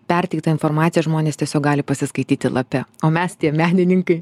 perteiktą informaciją žmonės tiesiog gali pasiskaityti lape o mes tie menininkai